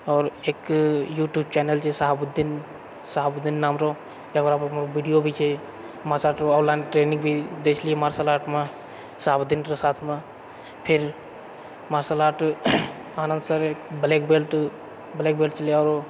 आओर एक YouTube channel छै शहाबुद्दीन शाहबुद्दीन नाम रो वीडियो भी छै मार्शल आर्ट रो ऑनलाइन ट्रेनिंग भी दै छलियै मार्शल आर्टमे शाहबुद्दीनके साथमे फेर मार्शल आर्ट आनन्द सर एक ब्लैक बेल्ट ब्लैक बेल्ट छलै आरो